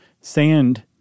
sand